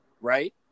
Right